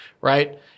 right